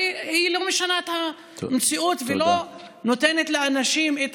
הרי היא לא משנה את המציאות ולא נותנת לאנשים את